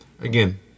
Again